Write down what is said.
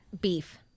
beef